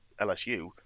LSU